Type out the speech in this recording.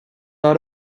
lot